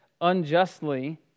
unjustly